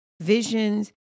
visions